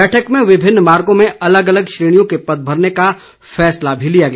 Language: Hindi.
बैठक में विभिन्न विभागों में अलग अलग श्रेणियों के पद भरने का निर्णय भी लिया गया